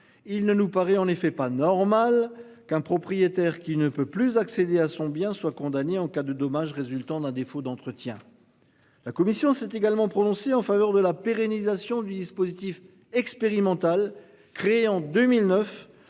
Il ne nous paraît en effet pas normal qu'un propriétaire qui ne peut plus accéder à son bien soit condamné en cas de dommages résultant d'un défaut d'entretien. La commission s'est également prononcé en faveur de la pérennisation du dispositif expérimental. Créé en 2009,